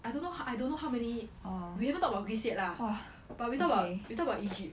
I don't know I don't know how many we haven't talk about greece yet lah but we talk about we talk about egypt